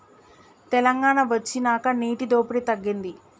తెలంగాణ వొచ్చినాక నీటి దోపిడి తగ్గింది